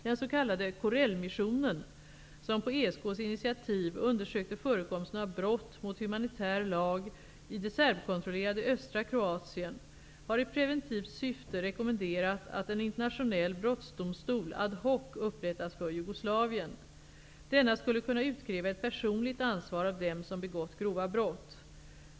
Den s.k. Corell-missionen som på ESK:s initiativ undersökte förekomsten av brott mot humanitär lag i det serbkontrollerade östra Kroatien har i preventivt syfte rekommenderat att en internationell brottsdomstol ad hoc upprättas för Jugoslavien. Denna skulle kunna utkräva ett personligt ansvar av dem som begått grova brott.